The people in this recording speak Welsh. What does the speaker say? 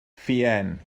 ffeuen